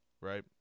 right